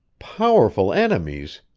powerful enemies?